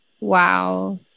Wow